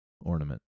ornament